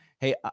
hey